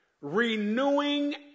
renewing